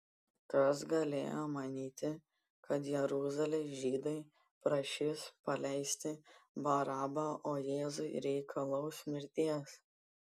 kas galėjo manyti kad jeruzalės žydai prašys paleisti barabą o jėzui reikalaus mirties